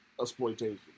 exploitation